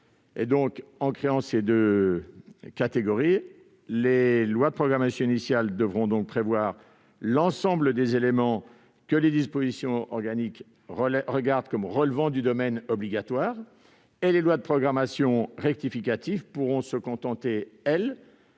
rectificatives. Si les lois de programmation initiales doivent prévoir l'ensemble des éléments que les dispositions organiques regardent comme relevant du domaine obligatoire, les lois de programmation rectificatives pourront se limiter, elles,